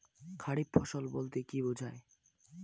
খারিফ ফসল বলতে কী বোঝায়?